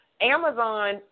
Amazon